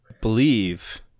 believe